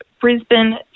Brisbane